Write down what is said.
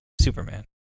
Superman